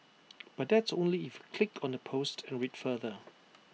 but that's only if click on the post and read further